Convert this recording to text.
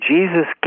Jesus